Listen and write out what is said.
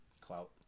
clout